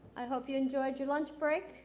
i hope you enjoyed your lunch break.